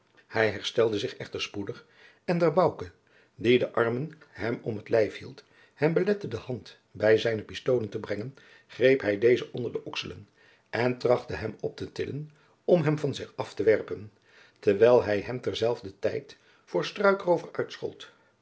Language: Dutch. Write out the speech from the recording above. hij herstelde zich echter spoedig en daar bouke die de armen hem om t lijf hield hem belette de hand bij zijne pistolen te brengen greep hij dezen onder de okselen en trachtte hem op te tillen om hem van zich af te werpen terwijl hij jacob van lennep de pleegzoon hem terzelfder tijd voor struikroover uitschold